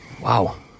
Wow